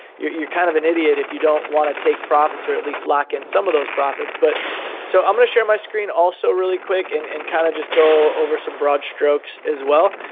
you're you're kind of an idiot if you don't want to take profits or at least lock in some of those profits. but so i'm not sure my screen also really quick and and kind of just go over some broad strokes as well.